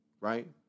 right